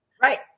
Right